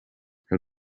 her